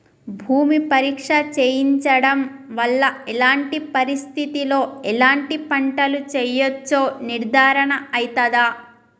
భూమి పరీక్ష చేయించడం వల్ల ఎలాంటి పరిస్థితిలో ఎలాంటి పంటలు వేయచ్చో నిర్ధారణ అయితదా?